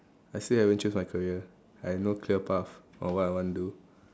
I still haven't choose my career I no clear path of what I want do